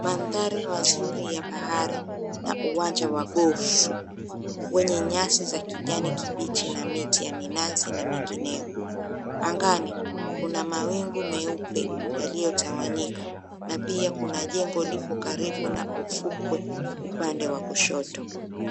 Mandhari mazuri ya bahari na uwanja wa gofu wenye nyasi ya kijani kibichi na miti ya minazi na mengineo. Angani , kuna mawingu meupe yaliyotawanyika na pia Kuna jengo lipo karibu na ufukwe upande wa kushoto.